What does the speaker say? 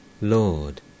Lord